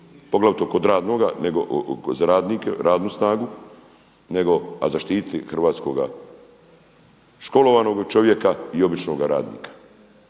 poglavito kod radnoga nego za radnike, radnu snagu, a zaštititi hrvatskoga školovanog čovjeka i običnoga radnika.